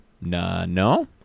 No